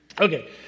Okay